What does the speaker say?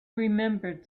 remembered